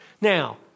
Now